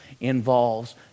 involves